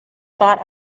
thought